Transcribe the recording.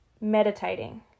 Meditating